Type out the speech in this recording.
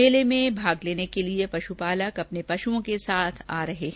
मेले में भाग लेने के लिए पश्पालक अपने पश्ओं के साथ आ रहे है